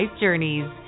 journeys